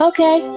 Okay